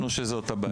לא חשבנו שזאת הבעיה.